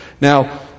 Now